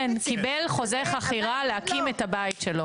כן, קיבל חוזה חכירה להקים את הבית שלו.